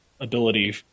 ability